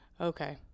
okay